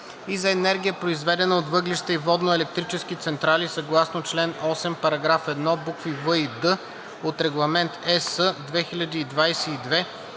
и за енергия, произведена от въглища и водноелектрически централи съгласно чл. 8, параграф 1, букви „в“ и „д“ от Регламент (ЕС)